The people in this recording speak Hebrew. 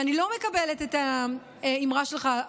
אני לא מקבלת את האמירה שלך,